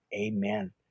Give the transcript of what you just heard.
Amen